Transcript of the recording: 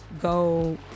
go